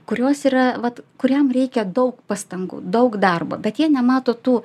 kurios yra vat kuriam reikia daug pastangų daug darbo bet jie nemato tų